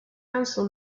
council